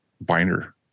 binder